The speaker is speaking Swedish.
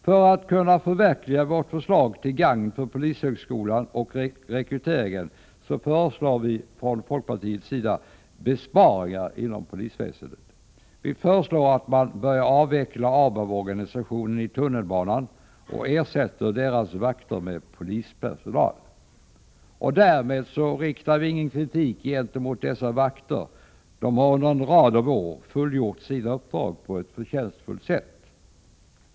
För att kunna förverkliga vårt förslag, till gagn för polishögskolan och rekryteringen, föreslår vi från folkpartiets sida besparingar inom polisväsendet. Vi föreslår att man börjar avveckla ABAB-organisationen i tunnelbanan och ersätter dess vakter med polispersonal. Därmed riktar vi ingen kritik gentemot dessa vakter. De har under en rad av år fullgjort sina uppdrag på ett förtjänstfullt sätt.